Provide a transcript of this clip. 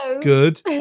good